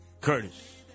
Curtis